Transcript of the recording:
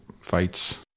fights